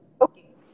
Okay